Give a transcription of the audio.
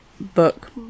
book